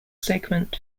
segment